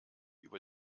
über